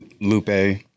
Lupe